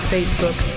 Facebook